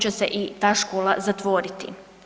će se i ta škola zatvoriti.